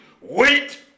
wait